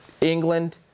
England